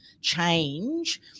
change